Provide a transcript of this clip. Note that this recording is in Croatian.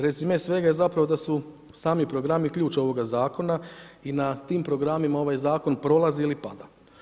Rezime svega je zapravo da su sami programi ključ ovoga Zakona i na tim programima ovaj Zakon prolazi ili pada.